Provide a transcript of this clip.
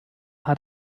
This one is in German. hat